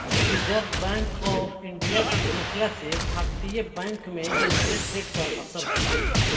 reserve bank of India के फैसला से भारतीय बैंक में इंटरेस्ट रेट पर असर होला